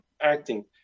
acting